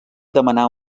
demanar